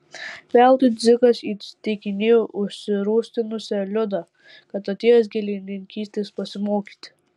veltui dzikas įtikinėjo užsirūstinusią liudą kad atėjęs gėlininkystės pasimokyti